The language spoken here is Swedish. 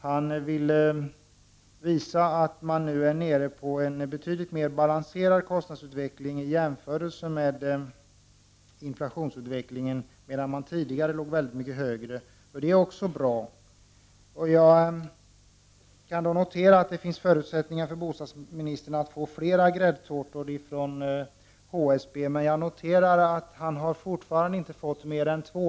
Han ville visa att kostnadsutvecklingen nu är betydligt mer balanserad i jämförelse med inflationsutvecklingen och att den tidigare låg mycket högre. Det är också bra. Det finns alltså förutsättningar för bostadsministern att få fler gräddtårtor från HSB, men jag har noterat att han fortfarande inte fått mer än två.